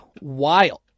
wild